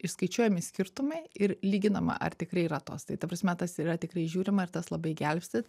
išskaičiuojami skirtumai ir lyginama ar tikrai yra tos tai ta prasme tas ir yra tikrai žiūrima ir tas labai gelbsti